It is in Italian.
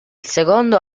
secondo